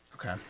Okay